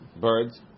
birds